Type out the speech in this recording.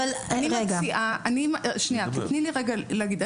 אני מציעה --- זה כבר היום הרי --- תני לי רגע להגיד.